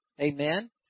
amen